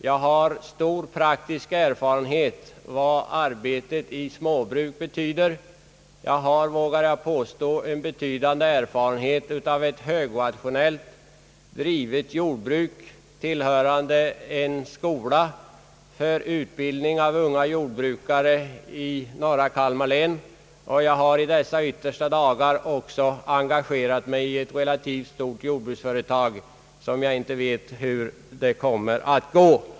Jag har stor praktisk erfarenhet av vad arbete på ett småbruk betyder. Jag har, vågar jag påstå, betydande erfarenhet av ett högrationellt drivet jordbruk tillhörande en skola för utbildning av unga jordbrukare i norra Kalmar län. Och jag har i dessa yttersta dagar också engagerat mig i ett relativt stort jordbruksföretag, beträffande vilket jag inte vet hur det kommer att gå.